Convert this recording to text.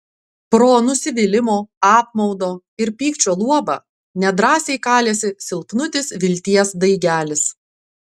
pro nusivylimo apmaudo ir pykčio luobą nedrąsiai kalėsi silpnutis vilties daigelis